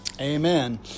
amen